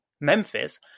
Memphis